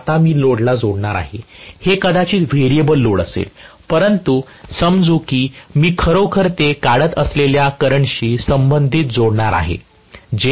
आता मी लोडला जोडणार आहे हे कदाचित व्हेरिएबल लोड असेल परंतु समजू की मी खरोखर ते काढत असलेल्या करंटशी संबंधित जोडणार आहे जे ILरेटेड आहे